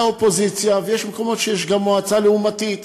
ויש מקומות שיש גם מועצה לעומתית,